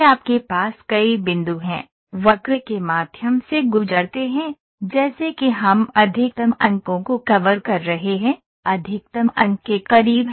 आपके पास कई बिंदु हैं वक्र के माध्यम से गुजरते हैं जैसे कि हम अधिकतम अंकों को कवर कर रहे हैं अधिकतम अंक के करीब हैं